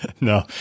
No